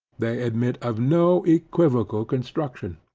they admit of no equivocal construction.